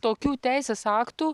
tokių teisės aktų